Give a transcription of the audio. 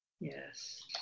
yes